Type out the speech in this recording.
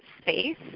space